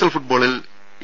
L ഫുട്ബോളിൽ A